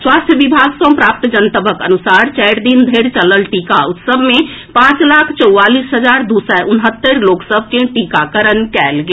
स्वास्थ्य विभाग सँ प्राप्त जनतबक अनुसार चारि दिन धरि चलल टीका उत्सव मे पांच लाख चौवालीस हजार दू सय उनहत्तरि लोक सभ के टीकाकरण कएल गेल